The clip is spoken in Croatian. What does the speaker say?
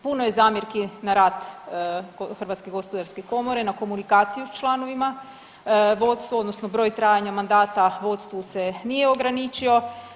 Puno je zamjerki na rad HGK, na komunikaciju s članovima, vodstvo odnosno broj trajanja mandata vodstvu se nije ograničio.